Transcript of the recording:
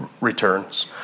returns